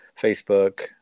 Facebook